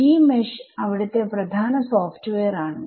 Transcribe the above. ജിമെഷ് അവിടുത്തെ പ്രധാന സോഫ്റ്റ്വെയർ ആണ്